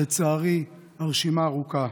לצערי, הרשימה ארוכה.